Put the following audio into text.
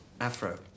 Afro